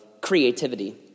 creativity